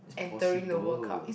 possible